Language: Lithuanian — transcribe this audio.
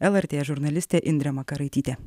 lrt žurnalistė indrė makaraitytė